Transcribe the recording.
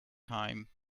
time